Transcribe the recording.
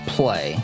play